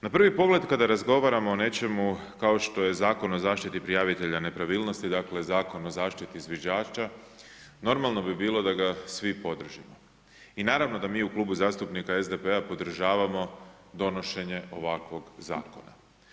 Na prvi pogled kada razgovaramo o nečemu kao što je Zakon o zaštiti prijavitelja nepravilnosti dakle Zakon o zaštiti zviždača normalno bi bilo da ga svi podržimo i naravno da mi u Klubu zastupnika SDP-a podržavamo donošenje ovakvog zakona.